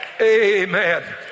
Amen